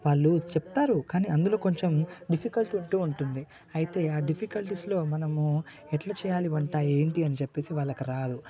వాళ్లు చెప్తారు కానీ అందులో కొంచెం డిఫికల్ట్ ఉంటు ఉంటుంది అయితే ఆ డిఫికల్టీసులో మనము ఎట్లా చేయాలి వంట ఏంటి అని చెప్పి వాళ్ళకి రాదు